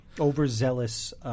Overzealous